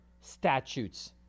statutes